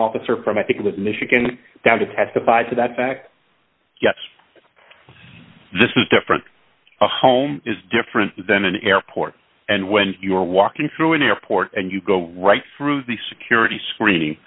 officer from i think that michigan down to testified to that fact yes this is different a home is different than an airport and when you're walking through an airport and you go right through the security screening